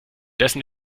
dessen